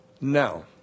Now